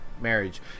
marriage